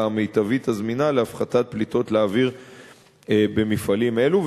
המיטבית הזמינה להפחתת פליטות לאוויר במפעלים אלו.